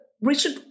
Richard